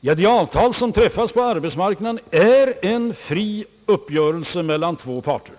De avtal som träffas på arbetsmarknaden är fria uppgörelser mellan två parter.